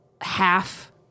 half